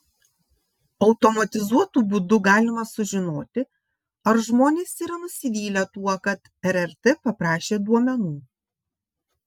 automatizuotu būdu galima sužinoti ar žmonės yra nusivylę tuo kad rrt paprašė duomenų